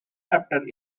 after